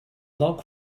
log